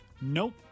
Nope